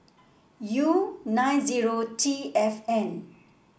U nine zero T F N